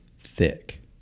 thick